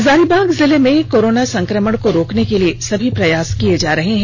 हजारीबाग जिले में कोरोना संकमण को रोकने के लिए सभी प्रयास किये जा रहे हैं